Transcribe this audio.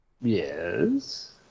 Yes